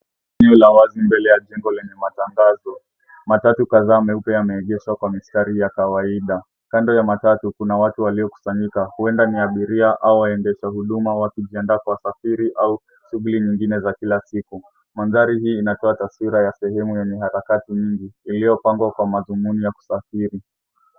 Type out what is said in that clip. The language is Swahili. Eneo la wazi mbele ya jengo lenye matangazo. Matatu kadhaa meupe yameegeshwa kwa mistari ya kawaida. Kando ya matatu kuna watu waliokusanyika huenda ni abiria au waendesha huduma wakijiandaa kwa safari au shughuli nyingine za kila siku. Mandhari hii inatoa taswira ya sehemu yenye harakati nyingi iliyopangwa kwa madhumuni ya kusafiri.